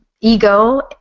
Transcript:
ego